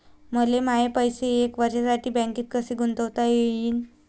मले माये पैसे एक वर्षासाठी बँकेत कसे गुंतवता येईन?